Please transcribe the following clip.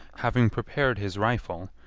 having prepared his rifle,